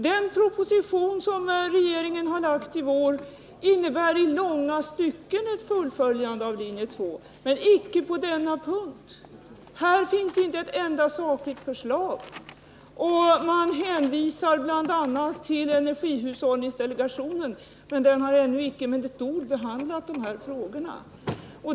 Den proposition som regeringen har lagt fram i vår innebär i långa stycken ett fullföljande av linje 2, men icke på denna punkt. Här finns det inte ett enda sakligt förslag. Man hänvisar till kommande propositioner och, för förberedelserna, bl. a, till energihushållningsdelegationen. Men den har ännu icke med ett enda ord behandlat de här frågorna.